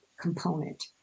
component